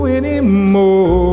anymore